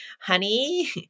honey